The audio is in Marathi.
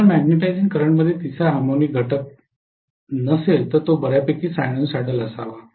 जर मॅग्नेटिझिंग करंटमध्ये तिसरा हार्मोनिक घटक नसेल तर तो बर्यापैकी सायनुसायडल असावा